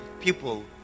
people